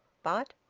but,